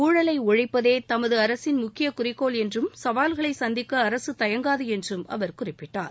ம்முலை ஒழிப்பதே தமது அரசின் முக்கிய குறிக்கோள் என்றும் சவால்களை சந்திக்க அரச தயங்காது என்றும் அவர் குறிப்பிட்டார்